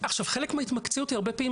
עכשיו, חלק מהתמקצעות היא הרבה פעמים